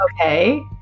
Okay